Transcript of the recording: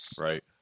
Right